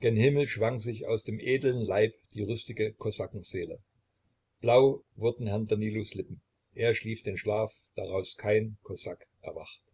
gen himmel schwang sich aus dem edeln leib die rüstige kosakenseele blau wurden herrn danilos lippen er schlief den schlaf daraus kein kosak erwacht